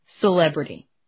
celebrity